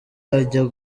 ajya